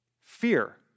Fear